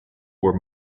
were